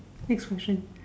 next question